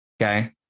Okay